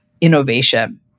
innovation